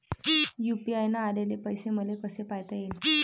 UPI न आलेले पैसे मले कसे पायता येईन?